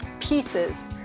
pieces